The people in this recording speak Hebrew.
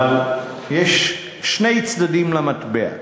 אבל יש שני צדדים למטבע.